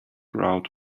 route